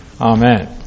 Amen